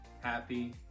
happy